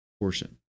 portion